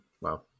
Wow